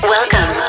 Welcome